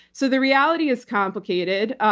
so the reality is complicated.